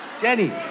Jenny